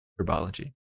Herbology